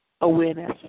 Awareness